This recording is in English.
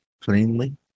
plainly